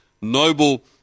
noble